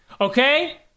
okay